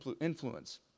influence